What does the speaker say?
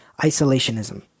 isolationism